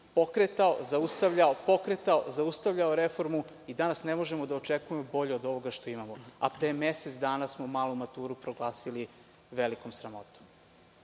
pokretao je, zaustavljao, pokretao, zaustavljao reformu i danas ne možemo da očekujemo bolje od ovoga što imamo, a pre mesec dana smo malu maturu proglasili velikom sramotom. Ono